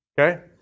Okay